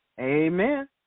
amen